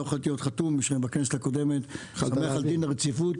לא הייתי יכול להיות חתום בכנסת הקודמת על דין הרציפות.